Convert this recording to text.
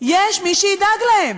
יש מי שידאג להם.